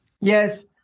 Yes